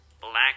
Black